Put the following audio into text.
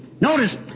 Notice